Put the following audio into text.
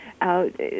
out